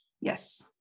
yes